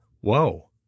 Whoa